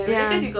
ya